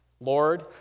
Lord